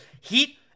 Heat